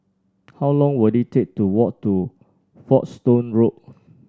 how long will it take to walk to Folkestone Road